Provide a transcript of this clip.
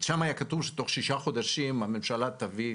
שם היה כתוב שתוך שישה חודשים הממשלה תביא,